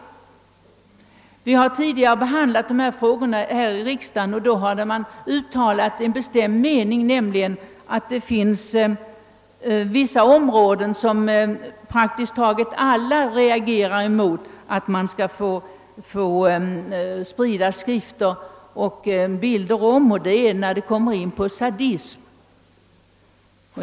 Dessa frågor har tidigare behandlats i riksdagen, och då uttalades den bestämda meningen att det inte borde få förekomma spridning av pornografiska skrifter och bilder i sådana fall där det fanns inslag av sadism.